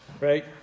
Right